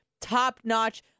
top-notch